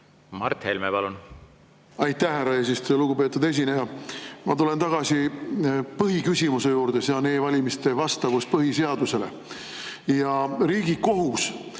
Mart Helme, palun! Aitäh, härra eesistuja! Lugupeetud esineja! Ma tulen tagasi põhiküsimuse juurde, see on e‑valimiste vastavus põhiseadusele. Riigikohus